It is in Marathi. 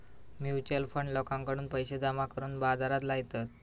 म्युच्युअल फंड लोकांकडून पैशे जमा करून बाजारात लायतत